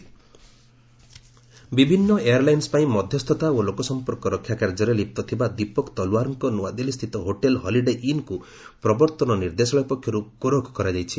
ED Talwar ବିଭିନ୍ନ airlines ପାଇଁ ମଧ୍ୟସ୍ଥତା ଓ ଲୋକସଂପର୍କ ରକ୍ଷା କାର୍ଯ୍ୟରେ ଲିପ୍ତ ଥିବା ଦୀପକ ତଲୱାରଙ୍କ ନୂଆଦିଲ୍ଲୀସ୍ଥିତ 'ହୋଟେଲ୍ ହଲିଡେ ଇନ୍'କୁ ପ୍ରବର୍ତ୍ତନ ନିର୍ଦ୍ଦେଶାଳୟ ପକ୍ଷରୁ କୋରଖ କରାଯାଇଛି